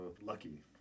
lucky